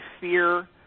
fear